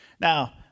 Now